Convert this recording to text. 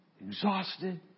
exhausted